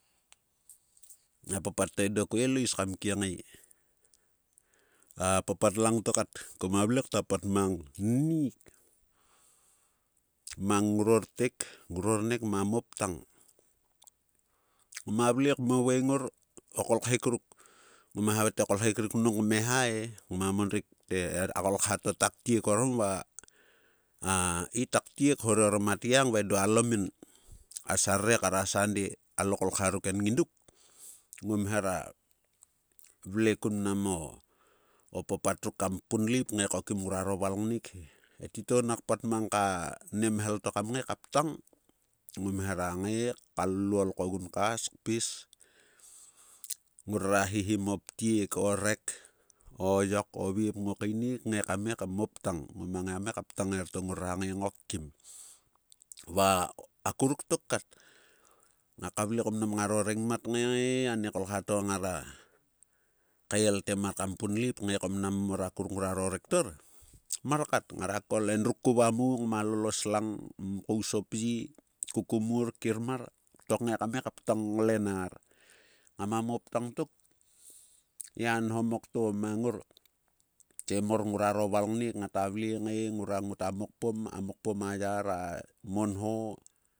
A papat to edo koelais kam kiengae. A papat lang to kat, koma vle kta pat mang nnik mang ngrutek ngror nek mamoptang ngma vle mo veing. O kolkhek ruk ngom havaet o kolkhek ruk nong kimeha e, ngma mon rik te, a kokha to ta ktiek orom va a i ta ktiek hore orom atgiang va edo alomin. A sarere kar a sande alo kolkha ruk en ngiduk ngom hera vle kun mnam o o papat ruk kam punlip ngae ko kim kruaro valngnek he. E titou nak pat mang ka ni mhel to kam ngae ka ptang, ngom hera ngae ka lluol ko gunkas kpis. Ngrara himhim o ptiek o rek, o yok, o vep ngo kainek ngae kam ngae kimo ptang. Ngoma ngae kam ngae ka ptang erieto ngrora ngae ngok kim. Va akuruk tok kat. Nga ka vle ko mnam ngaro rengmat ngae, ngae anikolkha to ngara kael te mar kam punlip ngae ko mnam mor akuruk ngrua ro rektor, mar kat. Ngara kol edruk kuva mou, ngma llol o slang kous o pye kukumur kirkmar to ngae kam ngae ka ptang nglennar. Ngamapa plang tok, he a nhomok to mang ngop, te mor kruar valngneik, ngata vle ngae ngora ngota mokpom. A mokpom a yar a monho.